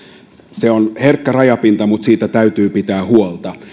se on herkkä rajapinta mutta siitä täytyy pitää huolta